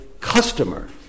customer